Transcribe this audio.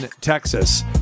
Texas